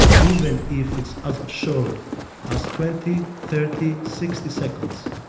even if it's as short as twenty, thirty, sixty seconds,